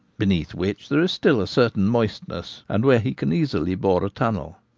beneath which there is still a certain moistness, and where he can easily bore a tunnel.